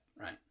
Right